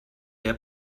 der